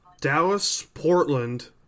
Dallas-Portland